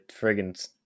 friggin